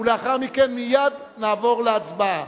ולאחר מכן מייד נעבור להצבעה.